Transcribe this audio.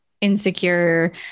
insecure